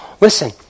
Listen